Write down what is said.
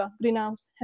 greenhouse